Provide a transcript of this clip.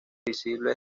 visible